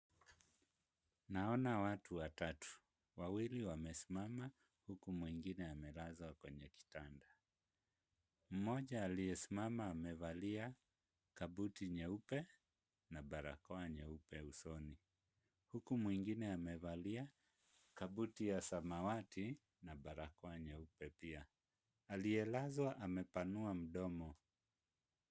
Naona watu watatu, wawili wamesimama huku mwingine amelazwa kwenye kitanda. Mmoja aliyesimama amevalia kabuti nyeupe na barakoa nyeupe usoni, huku mwingine amevalia kabuti ya samawati na barakoa nyeupe pia. Aliyelazwa amepanua mdomo.